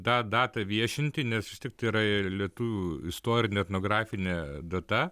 tą datą viešinti nes vis tiek tai yra ir lietuvių istorinė etnografinė data